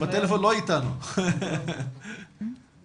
אני סגנית מנהלת הלובי למלחמה באלימות מינית.